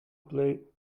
play